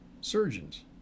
surgeons